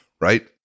right